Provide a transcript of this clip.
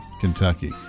Kentucky